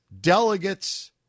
delegates